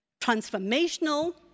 transformational